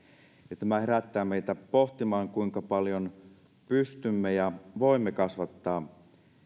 ja tämä herättää meitä pohtimaan kuinka paljon pystymme ja voimme kasvattaa